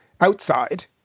outside